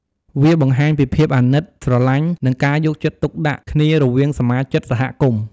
វាបង្ហាញពីភាពអាណិត ស្រលាញ់ និងការយកចិត្តទុកដាក់គ្នារវាងសមាជិកសហគមន៍។